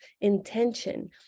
intention